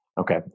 Okay